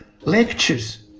lectures